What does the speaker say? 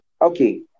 Okay